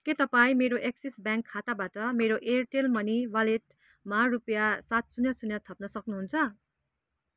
के तपाईँ मेरो एक्सिस ब्याङ्क खाताबाट मेरो एयरटेल मनी वालेटमा रुपैयाँ सात शून्य शून्य थप्न सक्नुहुन्छ